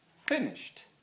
finished